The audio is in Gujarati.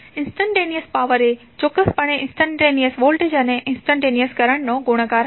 ઇંસ્ટંટેનીઅસ પાવરએ ચોક્કસપણે ઇંસ્ટંટેનીઅસ વોલ્ટેજ અને ઇંસ્ટંટેનીઅસ કરંટનો ગુણાકાર હશે